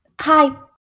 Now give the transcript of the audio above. Hi